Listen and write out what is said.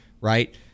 Right